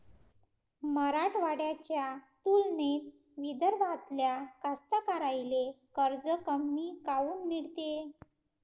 मराठवाड्याच्या तुलनेत विदर्भातल्या कास्तकाराइले कर्ज कमी काऊन मिळते?